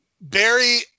Barry